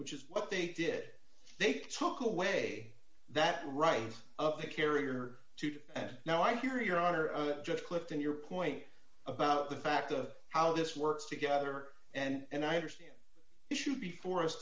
which is what they did they took away that right up to carrier two and now i hear your honor just clipped in your point about the fact of how this works together and i understand issue before us